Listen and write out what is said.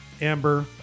Amber